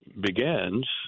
begins